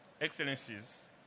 Excellencies